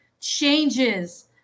changes